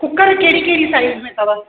cooker कहिड़ी कहिड़ी size में अथव